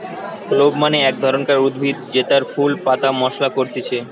clove মানে এক ধরণকার উদ্ভিদ জেতার ফুল পাতা মশলা করতিছে